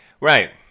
right